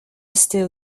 still